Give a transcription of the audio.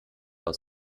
aus